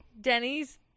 Denny's